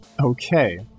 Okay